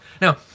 Now